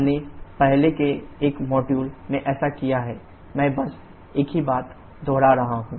हमने पहले के एक मॉड्यूल में ऐसा किया है मैं बस एक ही बात दोहरा रहा हूं